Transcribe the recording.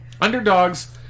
Underdogs